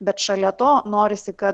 bet šalia to norisi kad